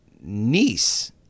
niece